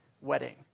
wedding